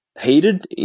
heated